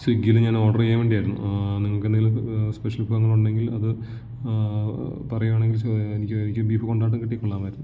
സ്വിഗ്ഗിയില് ഞാൻ ഓർഡർ ചെയ്യാൻ വേണ്ടിയായിരുന്നു നിങ്ങൾക്കെന്തെങ്കിലും സ്പെഷ്യൽ വിഭവങ്ങളുണ്ടെങ്കിൽ അത് പറയുവാണെങ്കിൽ എനിക്ക് ബീഫ് കൊണ്ടാട്ടം കിട്ടിയാൽ കൊള്ളാമായിരുന്നു